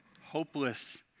hopeless